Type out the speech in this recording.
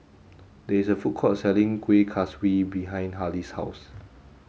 there is a food court selling Kuih Kaswi behind Harlie's house